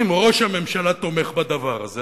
אם ראש הממשלה תומך בדבר הזה,